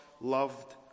loved